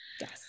Yes